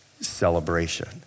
celebration